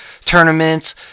tournaments